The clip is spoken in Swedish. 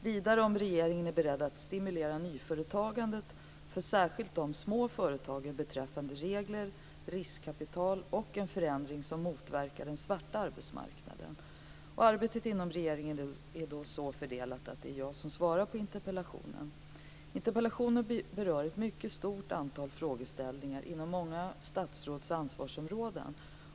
Vidare har han frågat om regeringen är beredd att stimulera nyföretagandet för särskilt de små företagen beträffande regler, riskkapital och en förändring som motverkar den svarta arbetsmarknaden. Arbetet inom regeringen är så fördelat att det är jag som ska svara på interpellationen. Interpellationen berör ett mycket stort antal frågeställningar inom olika statsråds ansvarsområden.